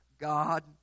God